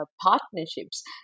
partnerships